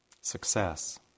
success